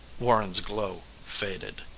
warren's glow faded.